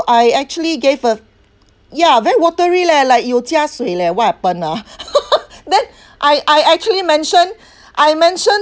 I actually gave a ya very watery leh like you jia shui leh what happened ah then I I actually mentioned I mentioned